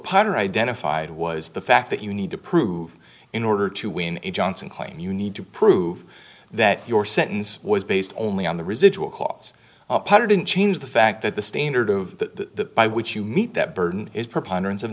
potter identified was the fact that you need to prove in order to win a johnson claim you need to prove that your sentence was based only on the residual clause didn't change the fact that the standard of the by which you meet that burden is propon